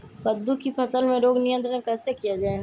कददु की फसल में रोग नियंत्रण कैसे किया जाए?